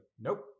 nope